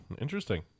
interesting